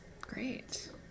Great